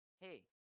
Hey